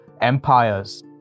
empires